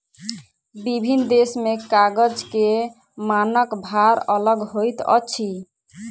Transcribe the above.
विभिन्न देश में कागज के मानक भार अलग होइत अछि